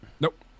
Nope